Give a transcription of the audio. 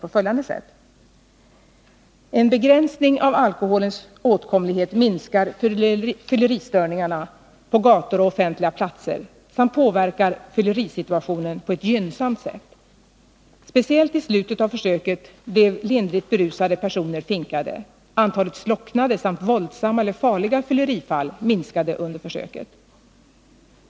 Man säger följande: En begränsning av alkoholens åtkomlighet minskar fylleristörningarna på gator och offentliga platser samt påverkar fyllerisituationen på ett gynnsamt sätt. Speciellt i slutet av försöket blev lindrigt berusade personer finkade, antalet slocknade samt våldsamma eller farliga fyllerifall minskade under försöket.